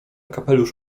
kapelusz